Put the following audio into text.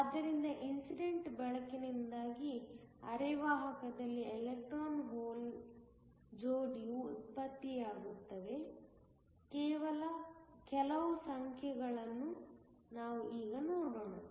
ಆದ್ದರಿಂದ ಇನ್ಸಿಡೆಂಟ್ ಬೆಳಕಿನಿಂದಾಗಿ ಅರೆವಾಹಕದಲ್ಲಿ ಎಲೆಕ್ಟ್ರಾನ್ ಹೋಲ್ ಜೋಡಿಯು ಉತ್ಪತ್ತಿಯಾಗುವ ಕೆಲವು ಸಂಖ್ಯೆಗಳನ್ನು ನಾವು ಈಗ ನೋಡೋಣ